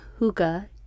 huga